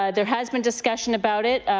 ah there has been discussion about it.